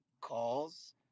calls